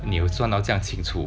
你有算到这样清楚